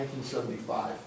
1975